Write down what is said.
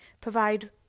provide